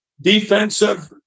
defensive